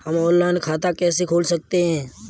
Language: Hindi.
हम ऑनलाइन खाता कैसे खोल सकते हैं?